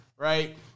Right